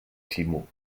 timo